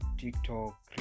TikTok